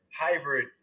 Hybrid